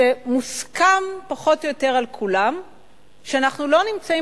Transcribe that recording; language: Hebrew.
שמוסכם פחות או יותר על כולם שאנחנו לא נמצאים